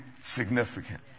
significant